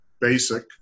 basic